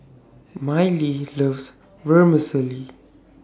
Mylie loves Vermicelli